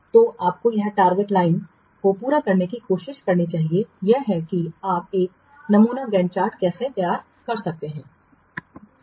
तो आपको एक टारगेट लाइन को पूरा करने की कोशिश करनी चाहिए यह है कि आप एक नमूना गैंट चार्ट कैसे तैयार कर सकते हैं